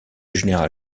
général